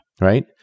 Right